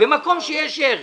במקום שיש ירי